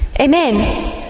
amen